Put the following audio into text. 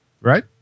right